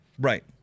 Right